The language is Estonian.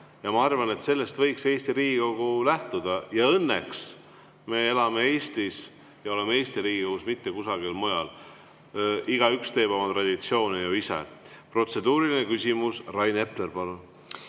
Ja ma arvan, et sellest võiks Eesti Riigikogu lähtuda. Ja õnneks me elame Eestis ja oleme Eesti Riigikogus, mitte kusagil mujal. Igaüks teeb oma traditsioone ju ise. Protseduuriline küsimus, Rain Epler, palun!